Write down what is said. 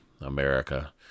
America